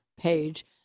page